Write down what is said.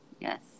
Yes